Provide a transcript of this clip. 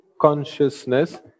consciousness